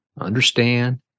understand